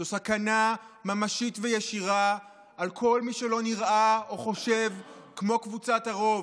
זו סכנה ממשית וישירה לכל מי שלא נראה או חושב כמו קבוצת הרוב,